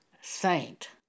saint